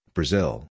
Brazil